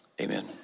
amen